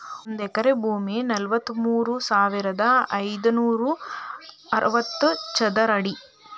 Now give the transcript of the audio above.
ಒಂದ ಎಕರೆ ಭೂಮಿ ನಲವತ್ಮೂರು ಸಾವಿರದ ಐದನೂರ ಅರವತ್ತ ಚದರ ಅಡಿ